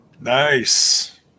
Nice